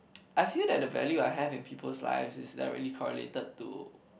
I feel that the value I have in people's life is directly correlated to